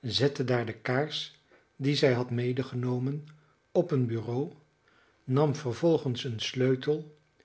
zette daar de kaars die zij had medegenomen op een bureau nam vervolgens een sleutel